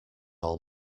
all